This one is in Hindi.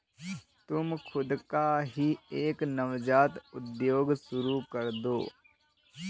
तुम खुद का ही एक नवजात उद्योग शुरू करदो